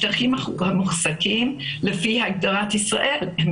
לפי הגדרת ישראל,